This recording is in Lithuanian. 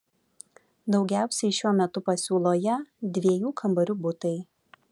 daugiausiai šiuo metu pasiūloje dviejų kambarių butai